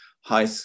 high